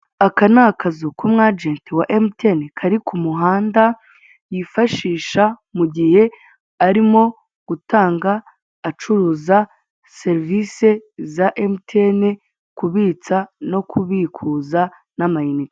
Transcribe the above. Aka ni akazu k'umwajenti wa MTN kari ku muhanda yifashisha mu gihe arimo gutanga acuruza serivisi za MTN, kubitsa no kubikuza n'amayinite.